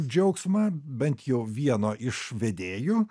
džiaugsmą bent jau vieno iš vedėjų